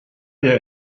der